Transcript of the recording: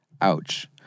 Ouch